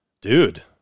Dude